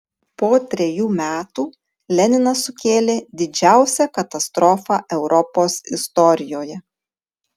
po trejų metų leninas sukėlė didžiausią katastrofą europos istorijoje